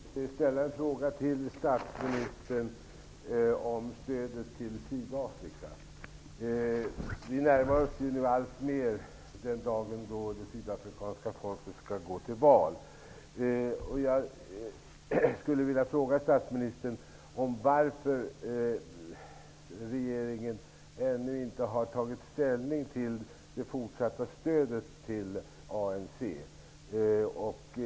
Fru talman! Jag vill ställa en fråga till statsministern om stödet till Sydafrika. Vi närmar oss nu alltmer den dag då det sydafrikanska folket skall gå till val. Jag skulle vilja fråga statsministern varför regeringen ännu inte har tagit ställning till det fortsatta stödet till ANC.